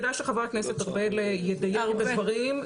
כדאי שחבר הכנסת ארבל ידייק בדברים.